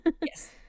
Yes